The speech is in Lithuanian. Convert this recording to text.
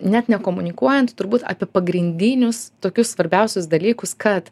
net nekomunikuojant turbūt apie pagrindinius tokius svarbiausius dalykus kad